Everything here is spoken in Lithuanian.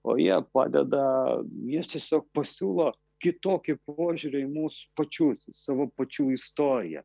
o jie padeda jie tiesiog pasiūlo kitokį požiūrį į mus pačius į savo pačių istoriją